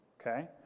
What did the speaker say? okay